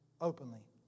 openly